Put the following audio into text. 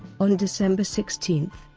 on december sixteen,